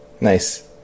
Nice